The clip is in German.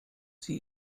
sie